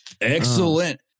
Excellent